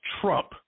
trump